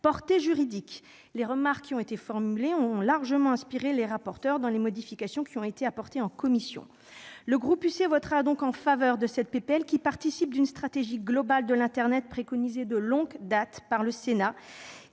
portée juridique. Les remarques qui ont été formulées ont largement inspiré les rapporteurs dans les modifications qui ont été apportées en commission. Le groupe UC votera donc en faveur de cette proposition de loi, qui participe d'une stratégie globale de l'internet préconisée de longue date par le Sénat,